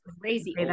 crazy